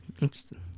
Interesting